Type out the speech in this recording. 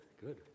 good